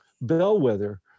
bellwether